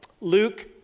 Luke